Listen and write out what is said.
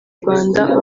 rwanda